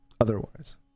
otherwise